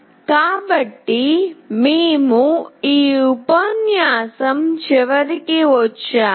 కాబట్టి మేము ఈ ఉపన్యాసం చివరికి వచ్చాము